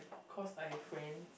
cause I friend